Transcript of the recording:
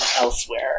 elsewhere